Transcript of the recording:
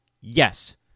yes